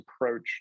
approach